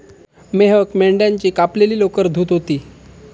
मेहक मेंढ्याची कापलेली लोकर धुत होती